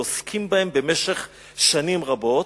ועוסקים בהם במשך שנים רבות,